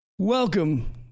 Welcome